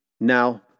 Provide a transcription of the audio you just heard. Now